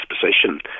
position